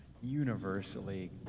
universally